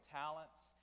talents